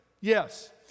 Yes